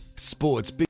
Sports